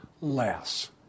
less